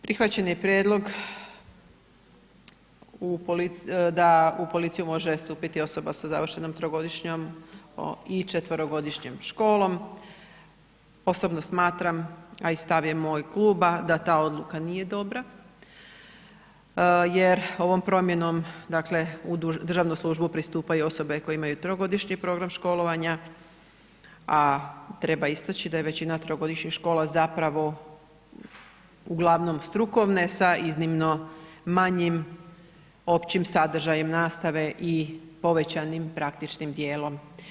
Prihvaćen je prijedlog da u policiju može stupiti osoba sa završenom trogodišnjom i četverogodišnjom školom, osobno smatram a i stav je mojeg kluba da ta odluka nije dobra jer ovom promjenom dakle u državnu službu pristupaju osobe koje imaju trogodišnji program školovanja, a treba istaći da je većina trogodišnjih škola zapravo uglavnom strukovne sa iznimno manjim općim sadržajem nastave i povećanim praktičnim dijelom.